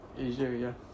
Asia